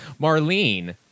Marlene